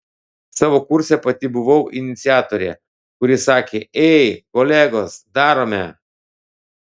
savo kurse pati buvau iniciatorė kuri sakė ei kolegos darome